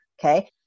okay